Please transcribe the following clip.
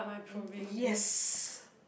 um yes